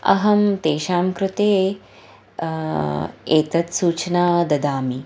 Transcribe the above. अहं तेषां कृते एतां सूचनां ददामि